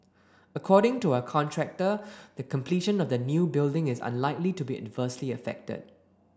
according to our contractor the completion of the new building is unlikely to be adversely affected